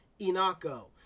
Inako